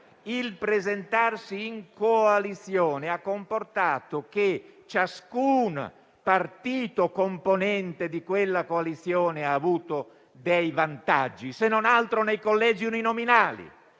Il presentarsi in coalizione ha comportato che ciascun partito componente di quella coalizione ha avuto dei vantaggi, se non altro nei collegi uninominali,